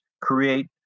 create